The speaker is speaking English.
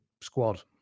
Squad